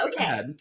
Okay